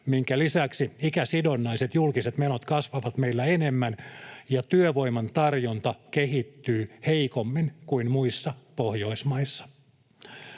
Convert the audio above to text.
minkä lisäksi ikäsidonnaiset julkiset menot kasvavat meillä enemmän ja työvoiman tarjonta kehittyy heikommin kuin muissa Pohjoismaissa.